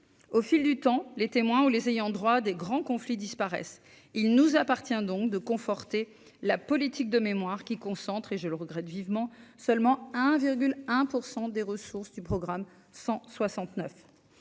au fil du temps, les témoins ou les ayants droit des grands conflits disparaissent, il nous appartient donc de conforter la politique de mémoire qui concentre et je le regrette vivement, seulement 1 virgule un % des ressources du programme 169